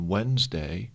Wednesday